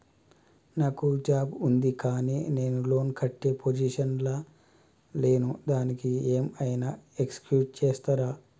నాకు జాబ్ ఉంది కానీ నేను లోన్ కట్టే పొజిషన్ లా లేను దానికి ఏం ఐనా ఎక్స్క్యూజ్ చేస్తరా?